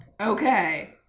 Okay